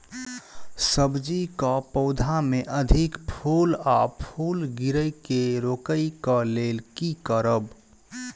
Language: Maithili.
सब्जी कऽ पौधा मे अधिक फूल आ फूल गिरय केँ रोकय कऽ लेल की करब?